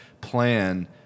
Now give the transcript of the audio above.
plan